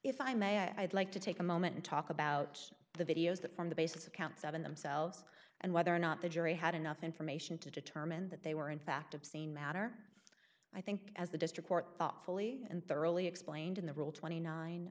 if i may i'd like to take a moment and talk about the videos that form the basis accounts of in themselves and whether or not the jury had enough information to determine that they were in fact obscene matter i think as the district court thoughtfully and thoroughly explained in the rule twenty nine